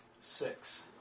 Six